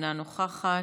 אינה נוכחת,